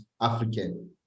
African